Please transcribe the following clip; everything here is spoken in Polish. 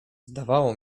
zdawało